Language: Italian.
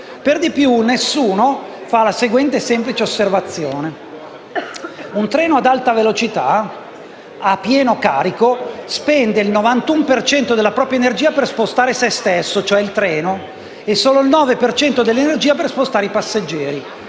Per di più nessuno fa la seguente, semplice, osservazione: un treno ad alta velocità e a pieno carico spende il 91 per cento della propria energia per spostare se stesso, e cioè il treno, e solo il 9 per cento dell'energia per spostare i passeggeri.